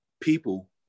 people